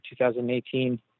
2018